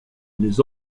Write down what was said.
les